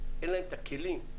אין להם את הכלים,